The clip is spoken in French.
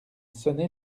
sonné